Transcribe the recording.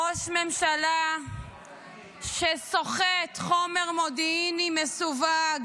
ראש ממשלה שסוחט חומר מודיעיני מסווג